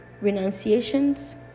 renunciations